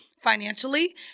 financially